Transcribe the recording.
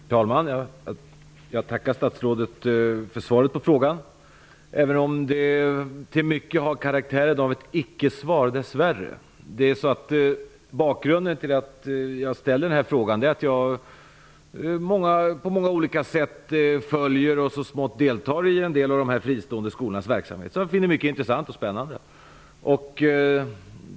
Herr talman! Jag tackar statsrådet för svaret på frågan. Dess värre har svaret mycket av karaktären av ett icke-svar. Bakgrunden till att jag har ställt frågan är att jag följer upp och så smått deltar i en del fristående skolors verksamhet. Jag finner det mycket intressant och spännande.